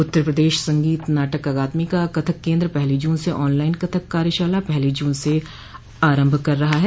उत्तर प्रदेश संगीत नाटक अकादमो का कथक केन्द्र पहली जून से ऑनलाइन कथक कार्यशाला पहली जून से प्रारम्भ कर रहा है